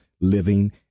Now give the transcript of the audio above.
living